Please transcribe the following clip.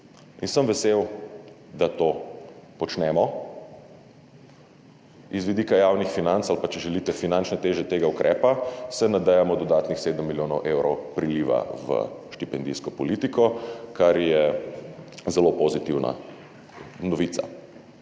In sem vesel, da to počnemo. Z vidika javnih financ ali pa če želite finančne teže tega ukrepa se nadejamo dodatnih 7 milijonov evrov priliva v štipendijsko politiko, kar je zelo pozitivna novica.